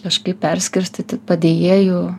kažkaip perskirstyti padėjėjų